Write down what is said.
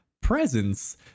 presence